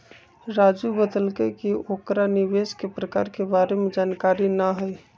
राजू बतलकई कि ओकरा निवेश के प्रकार के बारे में जानकारी न हई